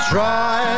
Try